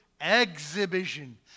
exhibition